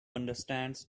understands